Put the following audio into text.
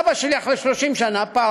אבא שלי, אחרי 30 שנה פרש